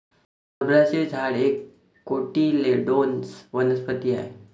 रबराचे झाड एक कोटिलेडोनस वनस्पती आहे